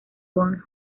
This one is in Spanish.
von